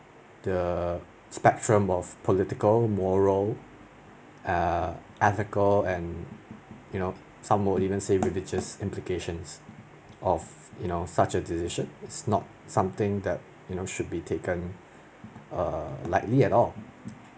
the spectrum of political moral err ethical and you know some more even say religious implications of you know such a decision is not something that you know should be taken err likely at all